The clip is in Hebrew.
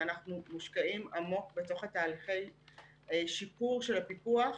אנחנו מושקעים עמוק בתוך תהליכי השיפור של הפיקוח.